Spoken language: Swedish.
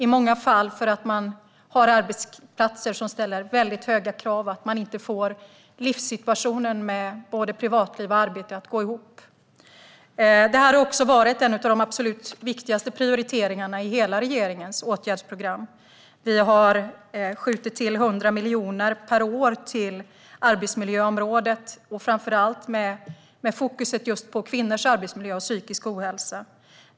I många fall beror det på att det på arbetsplatserna ställs höga krav och på att man inte får livssituationen, med privatliv och arbete, att gå ihop. Det här har varit en av de viktigaste prioriteringarna i hela regeringens åtgärdsprogram. Vi har skjutit till 100 miljoner per år till arbetsmiljöområdet, framför allt med fokus på just kvinnors arbetsmiljö och psykiska ohälsa.